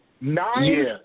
Nine